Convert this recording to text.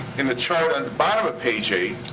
in the chart on the bottom of page eight